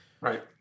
Right